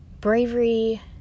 bravery